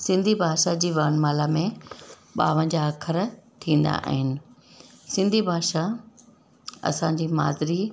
सिंधी भाषा जी वर्ण माला में ॿावनजाह अखर थींदा आहिनि सिंधी भाषा असांजी माद्री